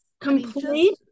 complete